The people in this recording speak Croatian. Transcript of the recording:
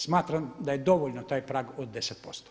Smatram da je dovoljno taj prag od 10%